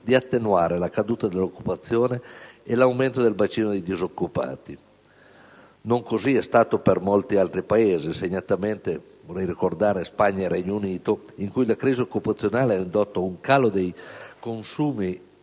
di attenuare la caduta dell'occupazione e l'aumento del bacino dei disoccupati. Non è stato così per molti altri Paesi, segnatamente vorrei ricordare Spagna e Regno Unito, in cui la crisi occupazionale ha indotto un calo dei consumi